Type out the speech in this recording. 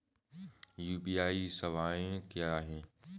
UPI सवायें क्या हैं?